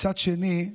מצד שני,